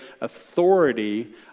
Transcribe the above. authority